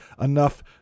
enough